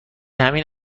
همین